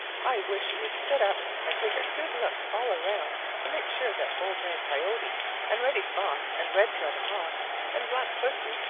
i wish you would sit up and take a good look all around to make sure that old man coyote and reddy fox and redtail the hawk and black pussy,